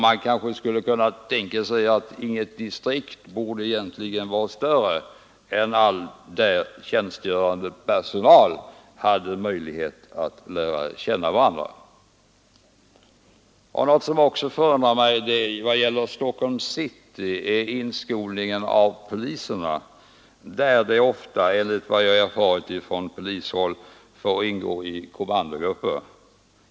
Man kunde kanske tänka sig att inget distrikt skulle vara större än att alla där tjänstgörande hade möjlighet att lära känna varandra. Något som också förundrar mig vad gäller Stockholms city är inskolningen av poliserna. Enligt vad jag erfarit från polishåll får poliserna ofta ingå i kommandogrupper.